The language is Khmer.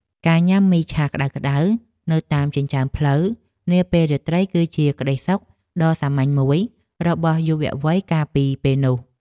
ការញ៉ាំមីឆាក្តៅៗនៅតាមចិញ្ចើមផ្លូវនាពេលរាត្រីគឺជាក្តីសុខដ៏សាមញ្ញមួយរបស់យុវវ័យកាលពីពេលនោះ។